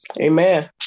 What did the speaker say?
Amen